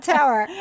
Tower